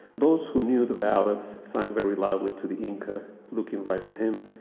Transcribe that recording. those who knew the ballads sang very loudly to the inca, looking right at him,